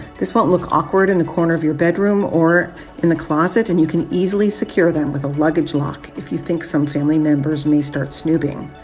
this won't look awkward in the corner of your bedroom or in the closet. and you can easily secure them with a luggage lock if you think some family members may start snooping.